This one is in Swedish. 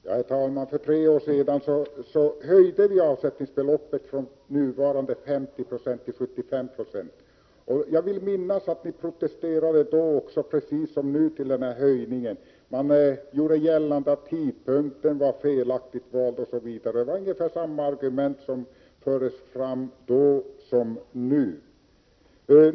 Herr talman! För tre år sedan höjde vi avsättningsbeloppet från 50 96 till 75 Jo. Jag vill minnas att ni protesterade mot höjningen då liksom nu. Ni gjorde gällande att tidpunkten var felaktigt vald osv. Det var ungefär samma argument som fördes fram då som nu anförs.